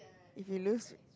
if you lose